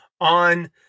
on